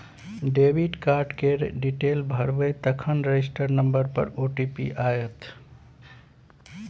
debit card केर detail भरबै तखन रजिस्टर नंबर पर ओ.टी.पी आएत